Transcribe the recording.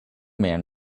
man